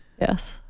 Yes